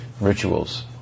rituals